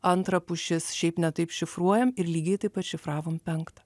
antrą pušis šiaip ne taip šifruojam ir lygiai taip pat šifravom penktą